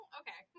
okay